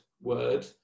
word